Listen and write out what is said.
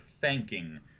thanking